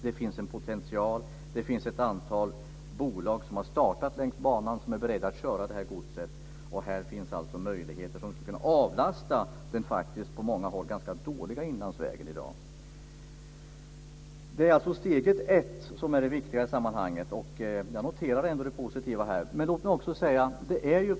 Det finns en potential, och det finns ett antal bolag som har startat längs banan som är beredda att köra godset. Här finns alltså möjligheter som skulle kunna avlasta den i dag på många håll ganska dåliga Inlandsvägen. Det är alltså steg ett som är det viktiga i sammanhanget. Jag noterade det positiva här.